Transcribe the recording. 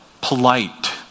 polite